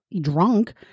drunk